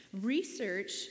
Research